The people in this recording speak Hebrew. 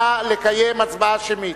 נא לקיים הצבעה שמית.